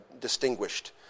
distinguished